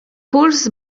puls